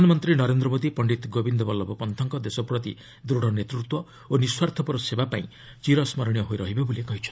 ପ୍ରଧାନମନ୍ତ୍ରୀ ନରେନ୍ଦ୍ର ମୋଦି ପଣ୍ଡିତ ଗୋବିନ୍ଦ ବଲ୍ଲଭ ପନ୍ଚୁଙ୍କ ଦେଶ ପ୍ରତି ଦୃଢ଼ ନେତୃତ୍ୱ ଓ ନିସ୍ୱାର୍ଥପର ସେବା ପାଇଁ ଚିର ସ୍କରଣୀୟ ହୋଇ ରହିବେ ବୋଲି କହିଛନ୍ତି